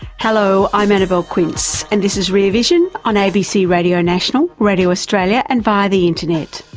hello, i'm annabelle quince and this is rear vision, on abc radio national, radio australia and via the internet.